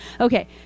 Okay